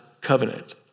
covenant